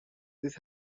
this